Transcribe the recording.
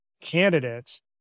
candidates